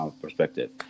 perspective